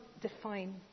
define